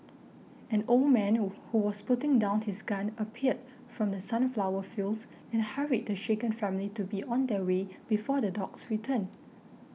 an old man who was putting down his gun appeared from the sunflower fields and hurried the shaken family to be on their way before the dogs return